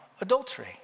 adultery